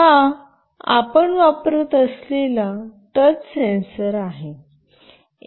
हा आपण वापरत असलेला टच सेन्सर आहे